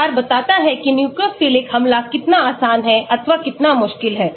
तो R का आकार बताता है कि न्यूक्लियोफिलिक हमला कितना आसान है अथवा कितना मुश्किल है